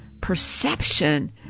perception